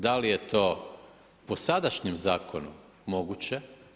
Da li je to po sadašnjem zakonu moguće?